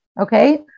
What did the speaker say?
Okay